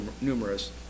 numerous